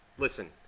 Listen